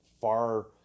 far